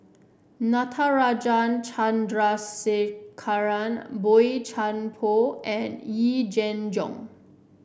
Natarajan Chandrasekaran Boey Chuan Poh and Yee Jenn Jong